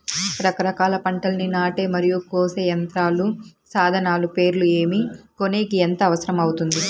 రకరకాల పంటలని నాటే మరియు కోసే యంత్రాలు, సాధనాలు పేర్లు ఏమి, కొనేకి ఎంత అవసరం అవుతుంది?